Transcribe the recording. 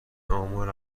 امار